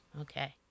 okay